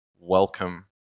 welcome